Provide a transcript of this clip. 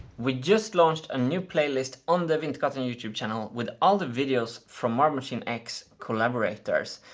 we just launched a new playlist on the wintergatan youtube channel with all the videos from marble machine x collaborators.